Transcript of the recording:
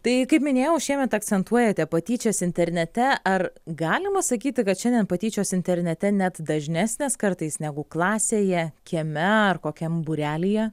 tai kaip minėjau šiemet akcentuojate patyčias internete ar galima sakyti kad šiandien patyčios internete net dažnesnės kartais negu klasėje kieme ar kokiam būrelyje